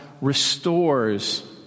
restores